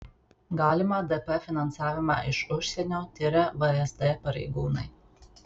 galimą dp finansavimą iš užsienio tiria vsd pareigūnai